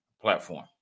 platform